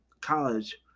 college